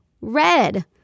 red